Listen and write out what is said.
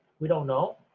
we don't know